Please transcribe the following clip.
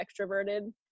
extroverted